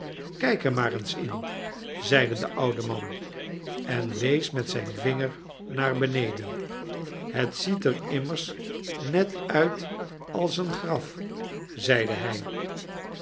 er maar eens in zeide de oude man en wees met zijn vinger naar beneden het ziet er immers net uit als een graf zeide hij